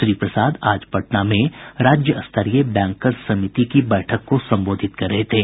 श्री प्रसाद आज पटना में राज्यस्तरीय बैंकर्स समिति की बैठक को संबोधित कर रहे थे